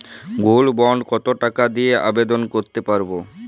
Gold bond কত টাকা দিয়ে আবেদন করতে পারবো?